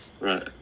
Right